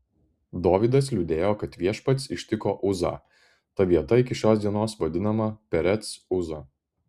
dovydas liūdėjo kad viešpats ištiko uzą ta vieta iki šios dienos vadinama perec uza